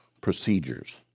procedures